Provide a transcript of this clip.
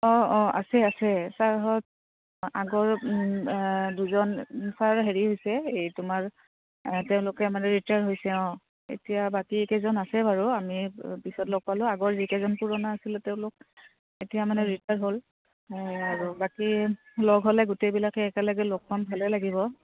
অঁ অঁ আছে আছে ছাৰহঁত আগৰ দুজন ছাৰ হেৰি হৈছে এই তোমাৰ তেওঁলোকে মানে ৰিটায়াৰ হৈছে অঁ এতিয়া বাকী কেইজন আছে বাৰু আমি পিছত লগ পালোঁ আগৰ যিকেইজন পুৰণা আছিলে তেওঁলোক এতিয়া মানে ৰিটায়াৰ হ'ল আৰু বাকী লগ হ'লে গোটেইবিলাকে একেলগে লগ পাম ভালেই লাগিব